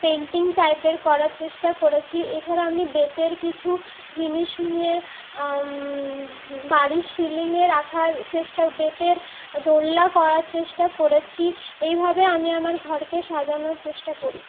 painting টাইপের করার চেষ্টা করেছি এছাড়াও আমি বেতের কিছু জিনিস নিয়ে বাড়ির সিলিংয়ে রাখার চেষ্টা বেতের দোলনা করার চেষ্টা করেছি এইভাবে আমি আমার ঘরকে সাজানোর চেষ্টা করি